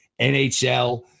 NHL